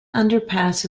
underpass